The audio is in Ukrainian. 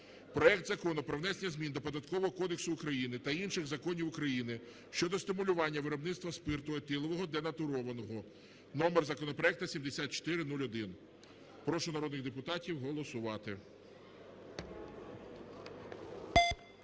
проект Закону про внесення змін до Податкового кодексу України та інших законів України щодо стимулювання виробництва спирту етилового денатурованого (номер законопроекту 7401). Прошу народних депутатів голосувати.